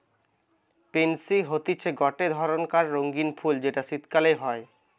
pansy হতিছে গটে ধরণকার রঙ্গীন ফুল যেটা শীতকালে হই